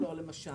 למה לא, למשל?